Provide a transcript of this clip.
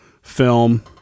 film